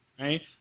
Right